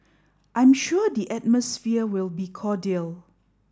I'm sure the atmosphere will be cordial